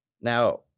Now